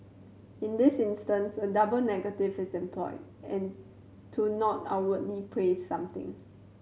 in this instance a double negative is employed and to not outwardly praise something